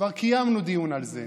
כבר קיימנו דיון על זה.